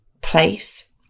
place